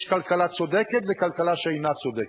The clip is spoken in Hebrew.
יש כלכלה צודקת וכלכלה שאינה צודקת.